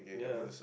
yeah